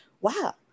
wow